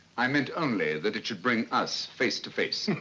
i meant only that it should bring us face to face.